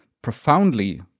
profoundly